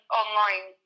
online